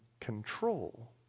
control